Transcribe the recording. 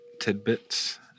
tidbits